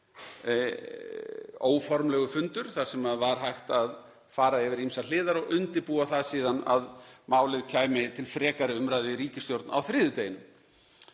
óformlegur fundur þar sem var hægt að fara yfir ýmsar hliðar og undirbúa það síðan að málið kæmi til frekari umræðu í ríkisstjórn á þriðjudeginum.